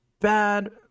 bad